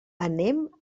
anem